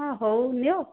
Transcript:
ହଁ ହଉ ନିଅ